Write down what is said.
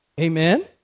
Amen